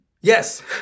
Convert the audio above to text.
Yes